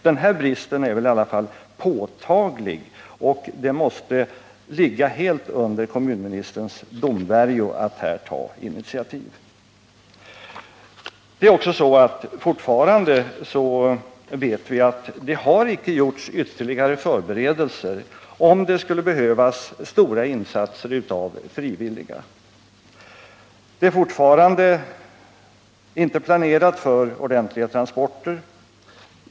Den här bristen är väl i alla fall påtaglig, och det måste ligga helt under kommunministerns domvärjo att här ta initiativ. Vi vet också att det fortfarande icke har gjorts ytterligare förberedelser, om det skulle behövas stora insatser av frivilliga. Man har fortfarande inte planerat för ordentliga transporter.